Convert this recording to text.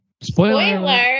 Spoiler